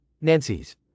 Nancy's